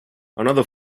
another